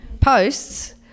posts